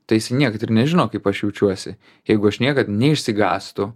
tai jis niekad ir nežino kaip aš jaučiuosi jeigu aš niekad neišsigąstu